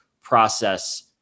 process